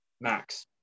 max